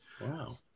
Wow